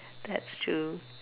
that's true